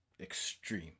extreme